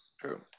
true